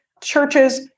churches